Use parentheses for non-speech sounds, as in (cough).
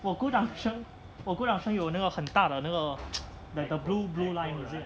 我鼓掌我鼓掌声有那个很大的那个 (noise) the blue blue line is it